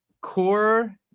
Core